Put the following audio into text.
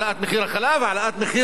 העלאת מחיר הביצים,